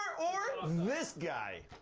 or this guy.